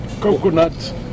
coconut